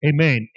Amen